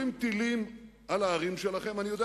ובכן,